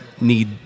need